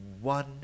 one